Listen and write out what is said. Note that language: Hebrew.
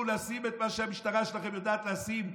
לשים את מה שהמשטרה שלכם לדעת לשים,